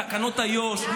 אפילו בתקנות איו"ש,